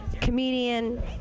comedian